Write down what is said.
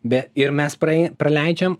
be ir mes prai praleidžiam